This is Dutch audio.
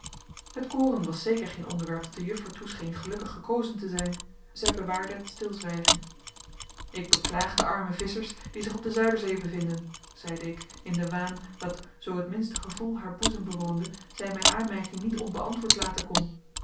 het koren was zeker geen onderwerp dat de juffer toescheen gelukkig gekozen te zijn althans zij bewaarde het stilzwijgen ik beklaag de arme visschers die zich op de zuiderzee bevinden zeide ik in den waan dat zoo het minste gevoel haar boezem bewoonde zij mijn aanmerking niet onbeantwoord laten kon